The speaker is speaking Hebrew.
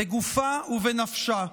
בגופה ובנפשה,